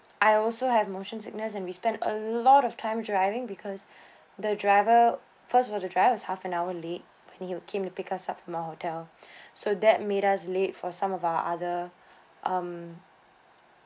I also have motion sickness and we spent a lot of time driving because the driver first of all the driver was half an hour late when he came to pick us up from our hotel so that made us late for some of our other um